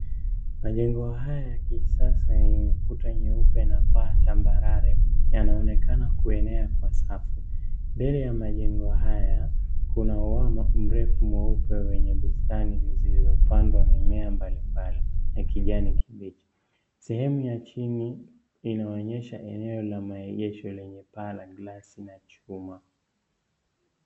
Majengo haya ya kisasa yana kuta nyeupe na paa tambarare yanaonekana kuenea kwa safu. Mbele ya majengo haya, kuna uwama mweupe wenye bustani zilizopandwa mimea mbalimbali ya kijani kibichi. Sehemu ya chini inaonyesha eneo la maegesho lenye paa la glasi na chuma..